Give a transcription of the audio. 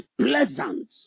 pleasant